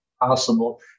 possible